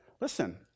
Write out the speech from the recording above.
Listen